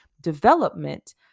development